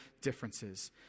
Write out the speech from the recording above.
differences